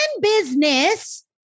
business